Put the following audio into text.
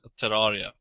Terraria